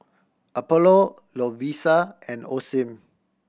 Apollo Lovisa and Osim